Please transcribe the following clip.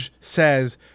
says